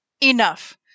enough